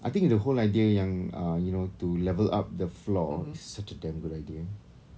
I think the whole idea yang ah you know to level up the floor is such a damn good idea